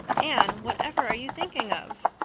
anne, whatever are you thinking of?